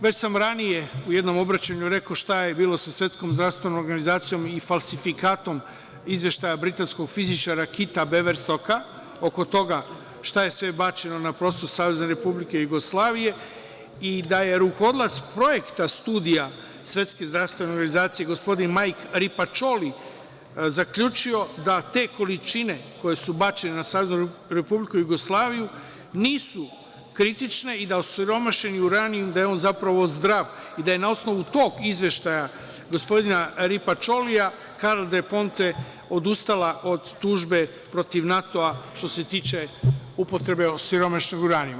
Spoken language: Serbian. Već sam ranije u jednom obraćanju rekao šta je bilo sa Svetskom zdravstvenom organizacijom i falsifikatom izveštaja britanskog fizičara Kita Beverstoka oko toga šta je sve bačeno na prostor Savezne Republike Jugoslavije i da je rukovodilac projekta studija Svetske zdravstvene organizacije gospodin Majk Ripačoli zaključio da te količine koje su bačene na Saveznu Republiku Jugoslaviju nisu kritične i da je osiromašeni uranijum zapravo zdrav i da je na osnovu tog izveštaja gospodina Ripačolija Karla del Ponte odustala od tužbe protiv NATO-a, što se tiče upotrebe osiromašenog uranijuma.